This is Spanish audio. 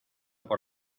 por